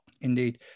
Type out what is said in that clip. Indeed